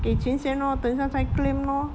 给钱先 lor 等一下才 claim lor